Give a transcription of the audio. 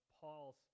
Paul's